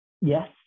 yes